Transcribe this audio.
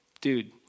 dude